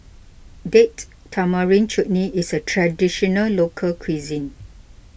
Date Tamarind Chutney is a Traditional Local Cuisine